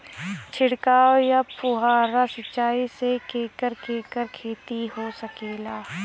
छिड़काव या फुहारा सिंचाई से केकर केकर खेती हो सकेला?